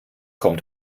kommt